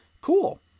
Cool